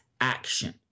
action